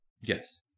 Yes